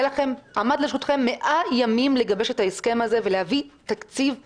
עמדו לרשותכם 100 ימים לגבש את ההסכם הזה ולהביא תקציב אתמול.